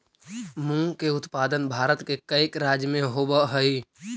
मूंग के उत्पादन भारत के कईक राज्य में होवऽ हइ